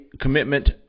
commitment